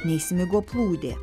nei smigo plūdė